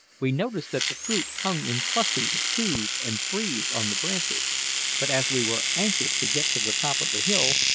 we noticed that the fruit hung in clusters of twos and threes on the branches but as we were anxious to get to the top of the hill,